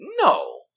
No